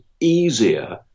easier